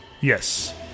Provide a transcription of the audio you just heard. Yes